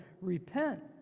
Repent